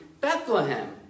Bethlehem